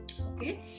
Okay